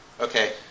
Okay